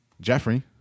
Jeffrey